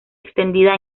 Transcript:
extendida